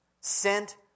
sent